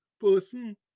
person